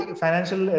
financial